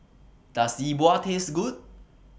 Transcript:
Does Yi Bua Taste Good